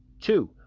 Two